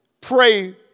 pray